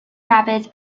rapids